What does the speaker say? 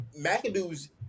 McAdoo's